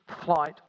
flight